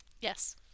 Yes